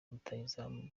rutahizamu